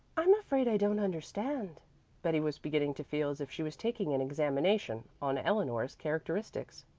i'm afraid i don't understand betty was beginning to feel as if she was taking an examination on eleanor's characteristics.